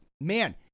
man